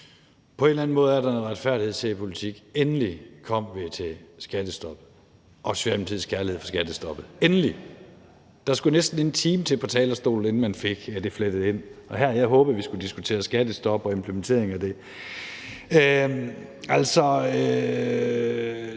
På en eller anden måde er der noget retfærdighed til i politik: Endelig kom vi til skattestoppet og Socialdemokratiets kærlighed til skattestoppet – endelig. Der skulle næsten en time til på talerstolen, inden man fik flettet det ind, og her havde jeg håbet, at vi skulle diskutere skattestop og implementeringen af det.